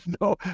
no